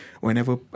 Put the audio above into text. whenever